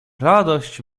radość